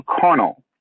carnal